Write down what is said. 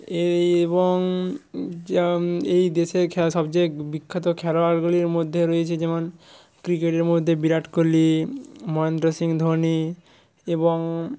এবং যা এই দেশের খেলা সবযেয়ে বি বিখ্যাত খেলোয়াড়গুলির মধ্যে রয়েছে যেমন ক্রিকেটের মধ্যে বিরাট কোহলি মহেন্দ্র সিং ধোনি এবং